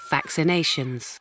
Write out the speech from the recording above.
Vaccinations